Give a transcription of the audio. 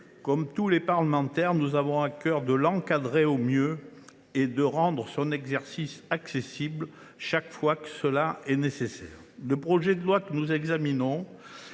Comme tous les parlementaires, nous avons à cœur de l’encadrer au mieux et de rendre son exercice accessible, chaque fois que cela est nécessaire. Le projet de loi que nous examinons